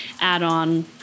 add-on